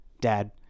Dad